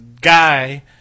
guy